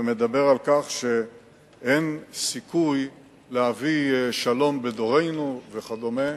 ומדבר על כך שאין סיכוי להביא שלום בדורנו וכדומה,